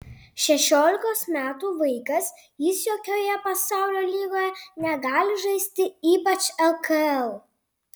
šešiolikos metų vaikas jis jokioje pasaulio lygoje negali žaisti ypač lkl